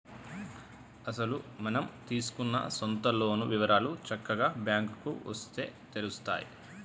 అసలు మనం తీసుకున్న సొంత లోన్ వివరాలు చక్కగా బ్యాంకుకు వస్తే తెలుత్తాయి